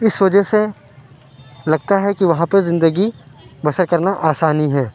اِس وجہ سے لگتا ہے کہ وہاں پہ زندگی بسر کرنا آسانی ہے